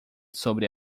sobre